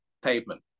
pavement